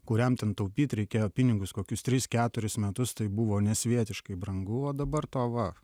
kuriam ten taupyt reikėjo pinigus kokius tris keturis metus tai buvo nesvietiškai brangu o dabar to va